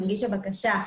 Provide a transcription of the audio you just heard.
מגיש הבקשה,